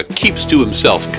keeps-to-himself